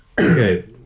Okay